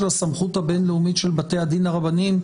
הסמכות הבין-לאומית של בתי הדין הרבניים,